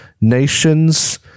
nations